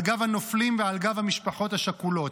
על גב הנופלים ועל גב המשפחות השכולות,